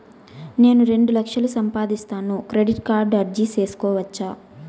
నేను రెండు లక్షలు సంపాదిస్తాను, క్రెడిట్ కార్డుకు అర్జీ సేసుకోవచ్చా?